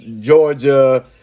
Georgia